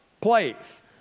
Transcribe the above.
place